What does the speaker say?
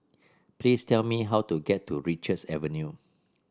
please tell me how to get to Richards Avenue